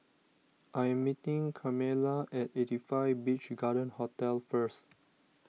I am meeting Carmella at eighty five Beach Garden Hotel first